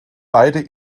beide